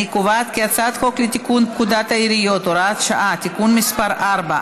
אני קובעת כי הצעת חוק לתיקון פקודת העיריות (הוראת שעה) (תיקון מס' 4),